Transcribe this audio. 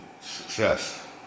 success